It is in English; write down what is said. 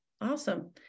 awesome